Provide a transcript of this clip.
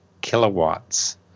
kilowatts